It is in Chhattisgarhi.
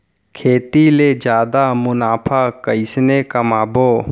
खेती ले जादा मुनाफा कइसने कमाबो?